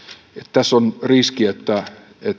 tässä on riski että